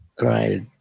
Right